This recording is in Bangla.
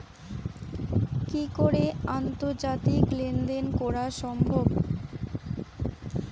কি করে আন্তর্জাতিক লেনদেন করা সম্ভব?